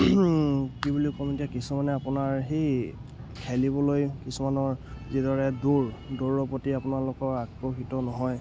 কি বুলি ক'ম এতিয়া কিছুমানে আপোনাৰ সেই খেলিবলৈ কিছুমানৰ যিদৰে দৌৰ দৌৰৰ প্ৰতি আপোনালোকৰ আকৰ্ষিত নহয়